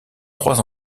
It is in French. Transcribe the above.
trois